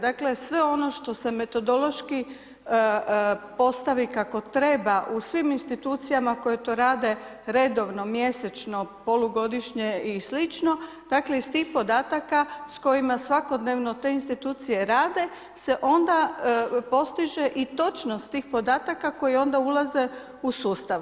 Dakle, sve ono što se metodološki postavi kako treba u svim institucijama koje to rade redovno, mjesečno, polugodišnje i slično, dakle iz tih podataka s kojima svakodnevno te institucije rade se onda postiže i točnost tih podataka koji onda ulaze u sustav.